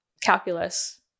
calculus